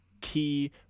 key